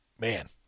Man